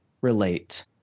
relate